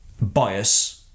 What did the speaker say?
bias